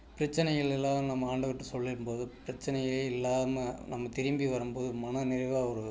பிரச்சினைகள்லாம் நாம் அந்த ஆண்டவர்கிட்ட சொல்லிடும் போது பிரச்சினையே இல்லாமல் நம்ப திரும்பி வரும் போது மனநிறைவாக ஒரு